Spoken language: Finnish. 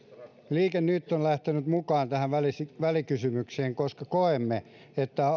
liike nyt on lähtenyt mukaan tähän välikysymykseen koska koemme että al